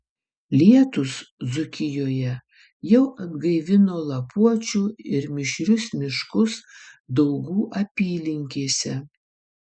lietūs dzūkijoje jau atgaivino lapuočių ir mišrius miškus daugų apylinkėse